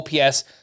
OPS